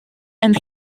and